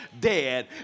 dead